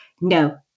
no